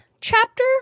chapter